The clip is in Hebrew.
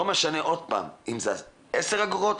לא משנה אם אלה 10 אגורות,